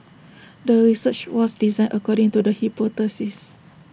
the research was designed according to the hypothesis